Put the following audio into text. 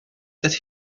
that